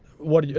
what?